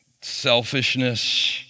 selfishness